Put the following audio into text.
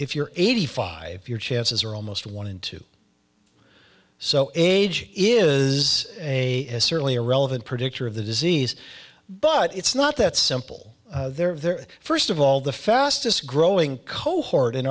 if you're eighty five your chances are almost one in two so age is a certainly a relevant predictor of the disease but it's not that simple there first of all the fastest growing cohort in